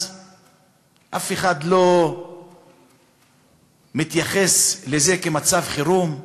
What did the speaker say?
אף אחד לא מתייחס לזה כאל מצב חירום.